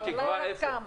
היא גם תקבע איפה.